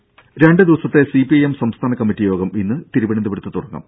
രുര രണ്ട് ദിവസത്തെ സിപിഐഎം സംസ്ഥാന കമ്മറ്റി യോഗം ഇന്ന് തിരുവനന്തപുരത്ത് തുടങ്ങും